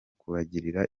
kubagirira